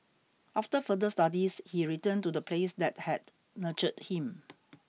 after further studies he returned to the place that had nurtured him